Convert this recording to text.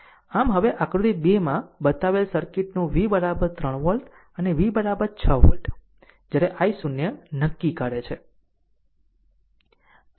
આમ હવે આકૃતિ 2 માં બતાવેલ સર્કિટનો v 3 વોલ્ટ અને v 6 વોલ્ટ જ્યારે i0 નક્કી કરે છે